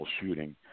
shooting